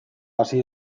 hasi